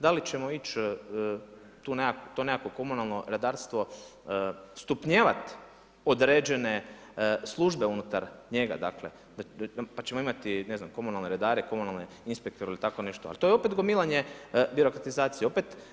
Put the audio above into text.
Da li ćemo ići to nekakvo komunalno redarstvo stupnjevat određene službe unutar njega, dakle, pa ćemo imati komunalne redare, komunalne inspektore i tako nešto, ali to je opet gomilanje birokratizacije opet.